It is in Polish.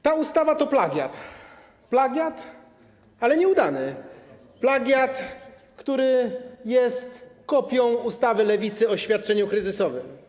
Ta ustawa to plagiat, plagiat, ale nieudany, plagiat, który jest kopią ustawy Lewicy o świadczeniu kryzysowym.